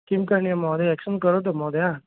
किं करणीयं महोदय एक्क्षन् करोतु महोदय